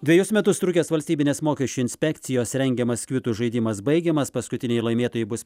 dvejus metus trukęs valstybinės mokesčių inspekcijos rengiamas kvitų žaidimas baigiamas paskutiniai laimėtojai bus